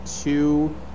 two